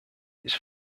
its